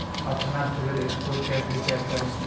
अपना CIBIL score कैसे check करें?